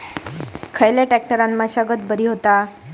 खयल्या ट्रॅक्टरान मशागत बरी होता?